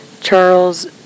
Charles